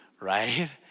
right